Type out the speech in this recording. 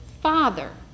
Father